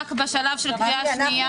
למאבק בשלב של קריאה שנייה.